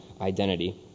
identity